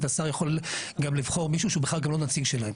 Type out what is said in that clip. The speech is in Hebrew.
השר יכול גם לבחור מישהו שהוא בכלל לא נציג שלהם.